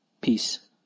peace